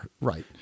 Right